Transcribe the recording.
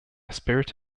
spirit